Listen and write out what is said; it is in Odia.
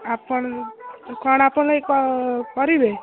ଆପଣ କ'ଣ ଆପଣ କରିବେ